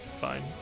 fine